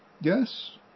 Yes